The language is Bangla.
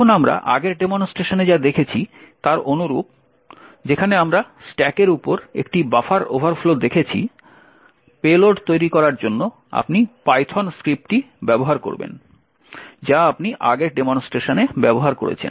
এখন আমরা আগের ডেমনস্ট্রেশনে যা দেখেছি তার অনুরূপ যেখানে আমরা স্ট্যাকের উপর একটি বাফার ওভারফ্লো দেখেছি পেলোড তৈরি করার জন্য আপনি পাইথন স্ক্রিপ্টটি ব্যবহার করবেন যা আপনি আগের ডেমনস্ট্রেশনে ব্যবহার করেছেন